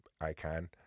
icon